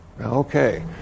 Okay